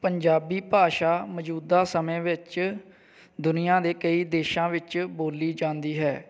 ਪੰਜਾਬੀ ਭਾਸ਼ਾ ਮੌਜੂਦਾ ਸਮੇਂ ਵਿੱਚ ਦੁਨੀਆਂ ਦੇ ਕਈ ਦੇਸ਼ਾਂ ਵਿੱਚ ਬੋਲੀ ਜਾਂਦੀ ਹੈ